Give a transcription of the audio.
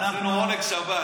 אנחנו עונג שבת.